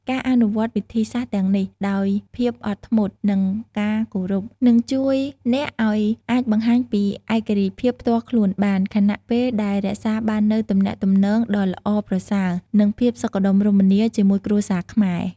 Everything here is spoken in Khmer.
ការអនុវត្តវិធីសាស្ត្រទាំងនេះដោយភាពអត់ធ្មត់ និងការគោរព នឹងជួយអ្នកឲ្យអាចបង្ហាញពីឯករាជ្យភាពផ្ទាល់ខ្លួនបាន ខណៈពេលដែលរក្សាបាននូវ ទំនាក់ទំនងដ៏ល្អប្រសើរ និងភាពសុខដុមរមនា ជាមួយគ្រួសារខ្មែរ។